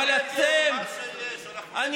אבל אמרנו: אנחנו מסתפקים בזה שאנחנו רק